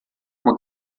uma